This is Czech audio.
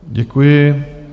Děkuji.